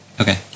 Okay